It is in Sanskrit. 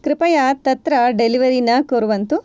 कृपया तत्र डेलिवरी न कुर्वन्तु